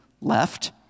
left